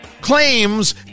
claims